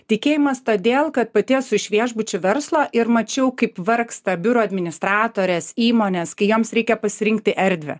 tikėjimas todėl kad pati esu iš viešbučių verslo ir mačiau kaip vargsta biuro administratorės įmonės kai joms reikia pasirinkti erdvę